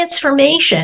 transformation